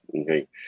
okay